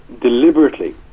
deliberately